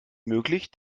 möglich